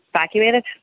evacuated